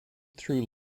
through